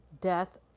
death